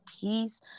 peace